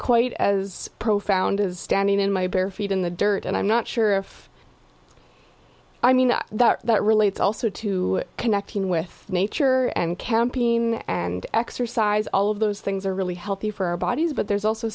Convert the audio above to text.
quite as profound as standing in my bare feet in the dirt and i'm not sure if i mean that that relates also to connecting with nature and camping and exercise all of those things are really healthy for our bodies but there's also